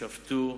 שבתו,